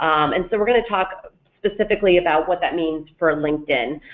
um and so we're going to talk specifically about what that means for linkedin.